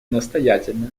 настоятельно